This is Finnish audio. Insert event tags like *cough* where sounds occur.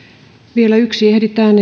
vielä yksi ehditään *unintelligible*